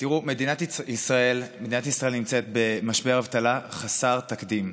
תראו, מדינת ישראל נמצאת במשבר אבטלה חסר תקדים.